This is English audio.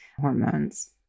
hormones